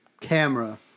camera